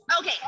Okay